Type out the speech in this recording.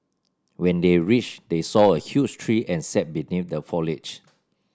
when they reached they saw a huge tree and sat beneath the foliage